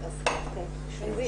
בשעה 11:00